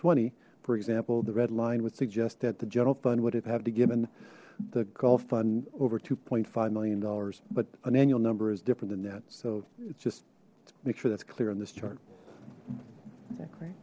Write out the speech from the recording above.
twenty for example the red line would suggest that the general fund would have have to given the gulf fund over two five million dollars but an annual number is different than that so it's just make sure that's clear on this ch